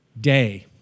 day